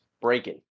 breaking